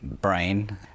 brain